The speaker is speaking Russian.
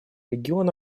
регион